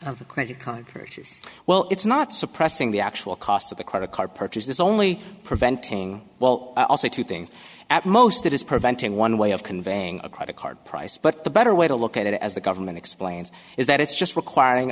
of a credit card purchase well it's not suppressing the actual costs of a credit card purchases only preventing well i'll say two things at most that is preventing one way of conveying a credit card price but the better way to look at it as the government explains is that it's just requiring